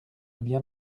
bien